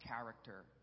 character